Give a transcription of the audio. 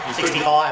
65